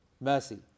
mercy